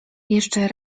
jeszcze